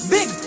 Big